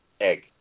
egg